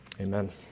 Amen